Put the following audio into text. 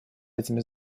этими